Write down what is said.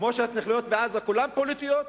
כמו שההתנחלויות בעזה כולן פוליטיות,